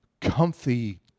comfy